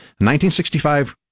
1965